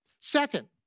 Second